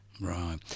Right